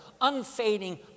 unfading